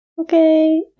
Okay